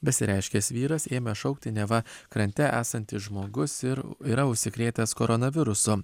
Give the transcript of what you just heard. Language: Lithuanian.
besireiškęs vyras ėmė šaukti neva krante esantis žmogus ir yra užsikrėtęs koronavirusu